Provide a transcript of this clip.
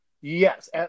Yes